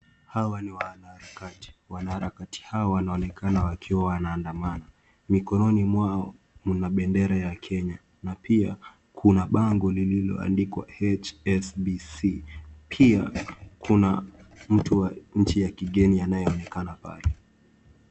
Hawa ni wanaharakati, wanaharakati hawa wanaonekana wakiwa wanaandamana mkononi mwao mna bendera ya Kenya na pia kuna bango lililoandikwa HSBC pia kuna mtu wa nchi ya kigeni anaye anaonekana pale.